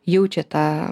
jaučia tą